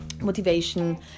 motivation